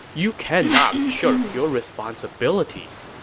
you cannot shirk your responsibilities.